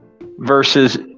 versus